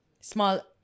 small